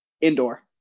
Indoor